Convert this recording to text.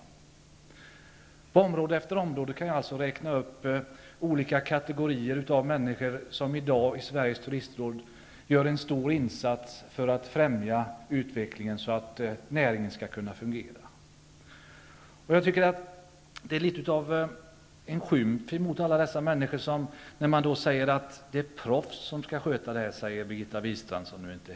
Jag kan på område efter område räkna upp olika kategorier människor som i dag i Sveriges turistråd gör en stor insats för att främja utvecklingen så att näringen skall kunna fungera. Jag tycker att det är litet av en skymf mot alla dessa människor när man som Birgitta Wistrand, som nu inte är här, säger att det här skall skötas av proffs.